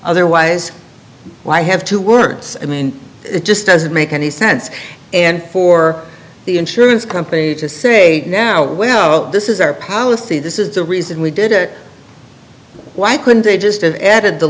otherwise why have two words i mean it just doesn't make any sense and for the insurance company to say now well this is our policy this is the reason we did it why couldn't they just added the